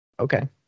Okay